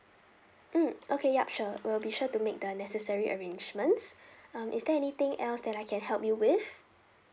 mm okay yup sure we'll be sure to make the necessary arrangements um is there anything else that I can help you with